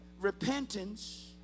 repentance